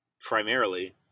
primarily